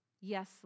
Yes